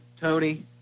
Tony